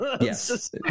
Yes